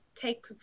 take